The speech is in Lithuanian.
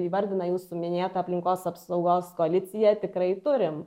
įvardina jūsų minėta aplinkos apsaugos koalicija tikrai turim